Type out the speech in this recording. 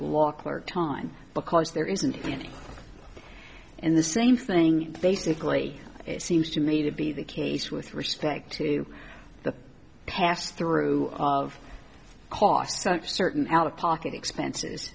law clerk time because there isn't any in the same thing basically it seems to me to be the case with respect to the pass through of costs such certain out of pocket expenses